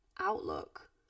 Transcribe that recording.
outlook